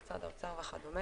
משרד האוצר וכו',